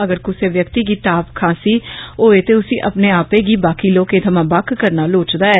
अगर कुसै व्यक्ति गी ताप खांसी होवे ते उस्सी अपने आपै गी बाकी लोकें थमां बक्ख करना लोढ़चदा ऐ